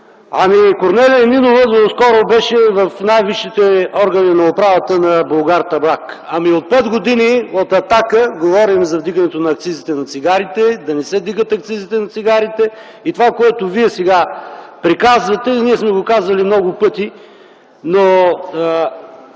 Корнелия Нинова доскоро беше в най-висшите органи на управата на „Булгартабак”. От пет години от „Атака” говорим за вдигането на акцизите на цигарите – да не се вдигат тези акцизи. Това, което сега вие приказвате, ние сме го казвали много пъти.